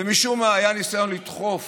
משום מה היה ניסיון לדחוף